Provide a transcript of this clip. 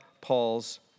Paul's